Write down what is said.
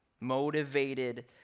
Motivated